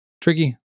Tricky